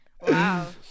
Wow